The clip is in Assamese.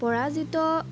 পৰাজিত